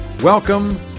Welcome